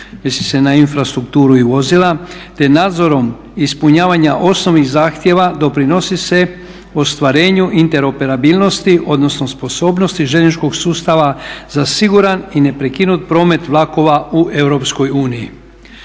na infrastrukturu i vozila, te nadzorom ispunjavanja osnovnih zahtjeva doprinosi se ostvarenju interoperabilnosti odnosno sposobnosti željezničkog sustava za siguran i neprekinut promet vlakova u EU.